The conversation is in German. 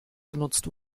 genutzt